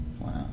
wow